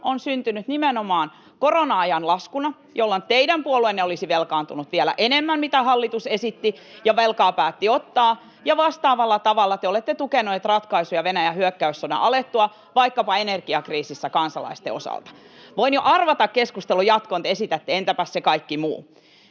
on syntynyt nimenomaan korona-ajan laskuna, jolloin teidän puolueenne olisi velkaantunut vielä enemmän kuin mitä hallitus esitti ja velkaa päätti ottaa, ja vastaavalla tavalla te olette tukeneet ratkaisuja Venäjän hyökkäyssodan alettua vaikkapa energiakriisissä kansalaisten osalta. Voin jo arvata keskustelun jatkon: te esitätte, että entäpäs se kaikki muu.